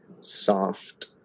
soft